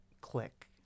click